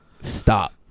Stop